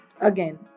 again